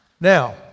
Now